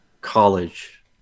college